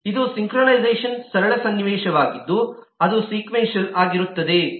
ಇದು ಸಿಂಕ್ರೊನೈಝೆಶನ್ನ ಸರಳ ಸನ್ನಿವೇಶವಾಗಿದ್ದು ಅದು ಸಿಕ್ವೇನ್ಸಿಯಲ್ ಆಗಿರುತ್ತದೆ